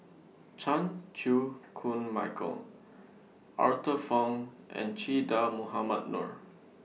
Chan Chew Koon Michael Arthur Fong and Che Dah Mohamed Noor